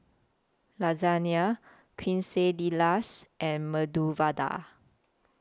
Lasagne Quesadillas and Medu Vada